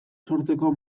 sortzeko